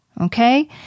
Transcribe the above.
okay